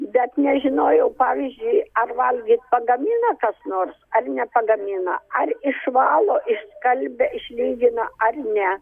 bet nežinojau pavyzdžiui ar valgyt pagamina kas nors ar nepagamina ar išvalo išskalbia išlygina ar ne